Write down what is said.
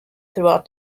throughout